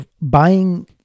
buying